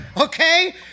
okay